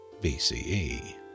BCE